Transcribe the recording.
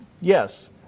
yes